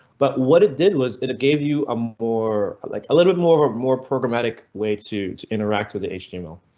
but what it did was that it gave you a more like a little bit more more programmatic way to to interact with the html.